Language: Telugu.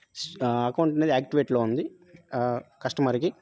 అకౌంట్ అనేది యాక్టివేట్లో ఉంది కస్టమర్కి